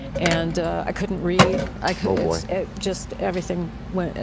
and i couldn't read. i couldn't just everything went. and